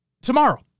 tomorrow